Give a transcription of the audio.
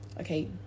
okay